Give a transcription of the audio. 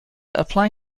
apply